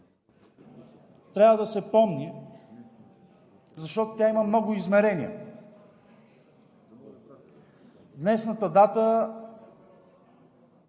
трябва да се помни, защото тя има много измерения. Днешната дата